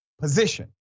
position